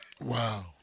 Wow